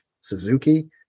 Suzuki